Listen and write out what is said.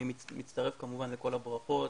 אני כמובן מצטרף לכל הברכות,